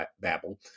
babble